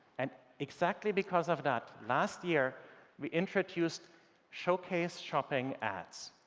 and exactly because of that, last year we introduced showcase shopping ads.